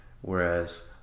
whereas